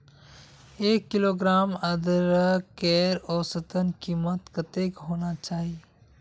एक किलोग्राम अदरकेर औसतन कीमत कतेक होना चही?